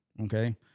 Okay